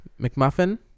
McMuffin